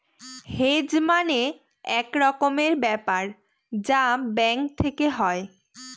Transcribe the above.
hedge মানে এক রকমের ব্যাপার যা ব্যাঙ্ক থেকে হয়